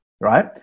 right